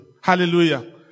Hallelujah